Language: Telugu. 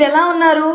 మీరు ఎలా ఉన్నారు